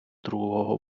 другого